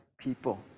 people